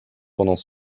pendant